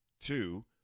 Two